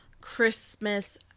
Christmas